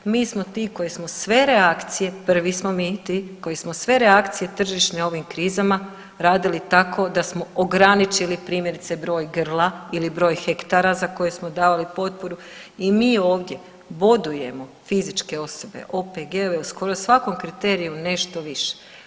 Mi smo ti koji smo sve reakcije, prvi smo mi ti koji smo sve reakcije tržišne u ovim krizama radili tako da smo ograničili primjerice broj grla ili broj hektara za koju smo davali potporu i mi ovdje bodujemo fizičke osobe, OPG-ove u skoro svakom kriteriju nešto više.